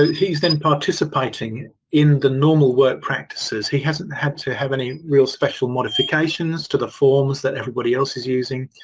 he's then participating in the normal work practices. he hasn't had to have any real special modifications to the forms that everybody else is using.